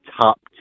top